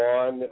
on